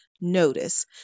notice